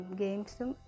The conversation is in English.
gamesum